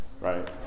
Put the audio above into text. right